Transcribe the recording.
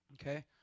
Okay